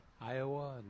Iowa